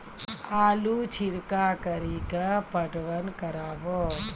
आलू छिरका कड़ी के पटवन करवा?